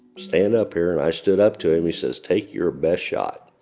stand up here. and i stood up to him. he says, take your best shot,